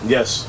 Yes